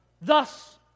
thus